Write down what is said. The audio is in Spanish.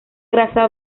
grasa